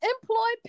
Employ